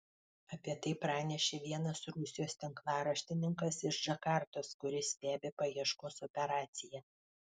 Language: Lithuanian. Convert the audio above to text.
apie tai pranešė vienas rusijos tinklaraštininkas iš džakartos kuris stebi paieškos operaciją